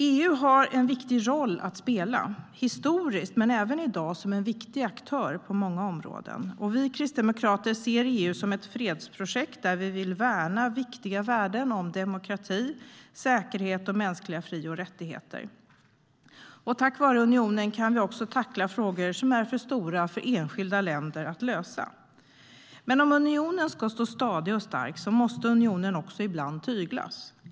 EU har en viktig roll att spela - så har det varit historiskt, men så är det även i dag - som en viktig aktör på många områden. Vi kristdemokrater ser EU som ett fredsprojekt där vi vill värna viktiga värden som handlar om demokrati, säkerhet och mänskliga fri och rättigheter. Tack vare unionen kan vi också tackla frågor som är för stora för enskilda länder att lösa. Men om unionen ska stå stadig och stark måste unionen ibland tyglas.